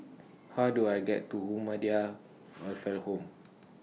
How Do I get to Welfare Home